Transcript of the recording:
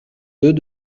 deux